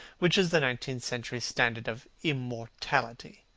which is the nineteenth-century standard of immortality.